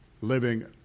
living